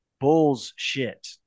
Bullshit